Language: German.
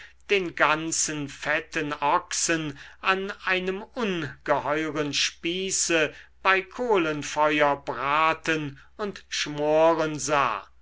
den ganzen fetten ochsen an einem ungeheuren spieße bei kohlenfeuer braten und schmoren sah